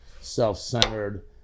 self-centered